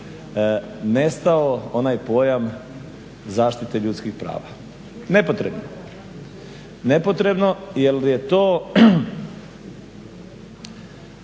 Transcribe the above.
nestao onaj pojam zaštite ljudskih prava. Nepotrebno. Nepotrebno jer je to